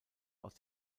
aus